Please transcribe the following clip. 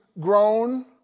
grown